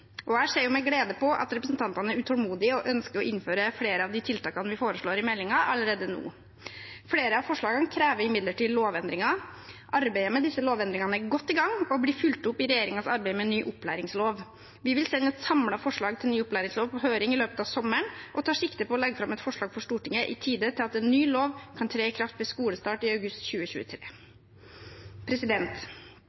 Jeg ser med glede på at representantene er utålmodige og ønsker å innføre flere av de tiltakene vi foreslår i meldingen, allerede nå. Flere av forslagene krever imidlertid lovendringer. Arbeidet med disse lovendringene er godt i gang og blir fulgt opp i regjeringens arbeid med ny opplæringslov. Vi vil sende et samlet forslag til ny opplæringslov på høring i løpet av sommeren og tar sikte på å legge fram et forslag for Stortinget i tide til at en ny lov kan tre i kraft ved skolestart i august 2023.